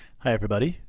hi everybody.